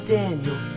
Daniel